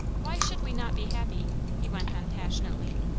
why should we not be happy? he went on passionately,